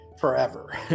forever